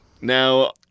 Now